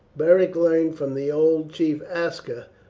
beric learned from the old chief aska,